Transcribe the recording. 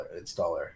installer